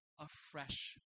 afresh